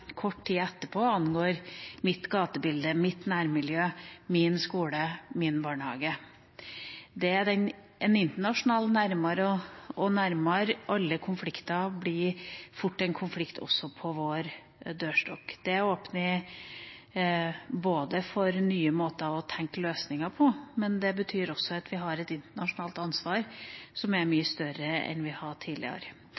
kort tid etterpå angår mitt gatebilde, mitt nærmiljø, min skole og min barnehage. Den er internasjonal og nærmere og nærmere. Alle konflikter blir fort en konflikt også på vår dørstokk. Det åpner for nye måter å tenke løsninger på, men det betyr også at vi har et internasjonalt ansvar som er mye